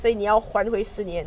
所以你要还还会四年